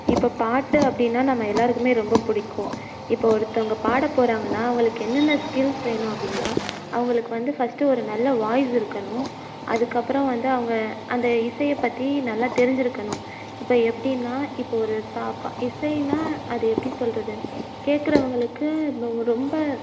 இப்போ பாட்டு அப்படினா நம்ம எல்லோருக்குமே ரொம்ப பிடிக்கும் இப்போது ஒருத்தவங்க பாட போகிறாங்கன்னா அவங்களுக்கு என்னென்ன ஸ்கில்ஸ் வேணும் அப்படினா அவங்களுக்கு வந்து ஃபர்ஸ்ட் ஒரு நல்ல வாய்ஸ் இருக்கணும் அதுக்கு அப்புறோ வந்து அவங்க அந்த இசையை பற்றி நல்லா தெரிஞ்சுருக்கணும் இப்போ எப்படினா இப்போ ஒரு இசைனா அதை எப்படி சொல்கிறது கேட்குறவங்களுக்கு ரொம்ப